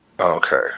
okay